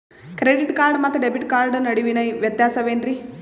Credit card ಮತ್ತು debit card ನಡುವಿನ ವ್ಯತ್ಯಾಸ ವೇನ್ರೀ?